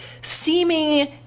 seeming